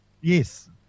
Yes